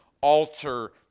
alter